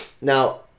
Now